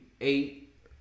eight